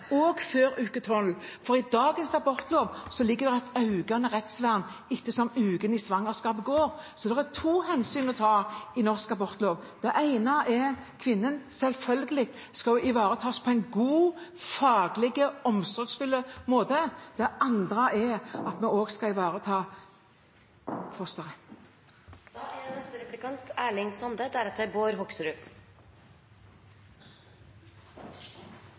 før uke 12? I dagens abortlov er det et økende rettsvern ettersom ukene i svangerskapet går. Så det er to hensyn å ta i norsk abortlov: Det ene er kvinnen, som selvfølgelig skal ivaretas på en god, faglig og omsorgsfull måte. Det andre er at vi også skal ivareta